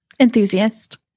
Enthusiast